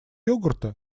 йогурта